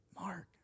Mark